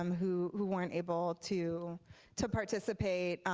um who who weren't able to to participate.